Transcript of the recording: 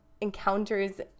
encounters